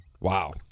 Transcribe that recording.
Wow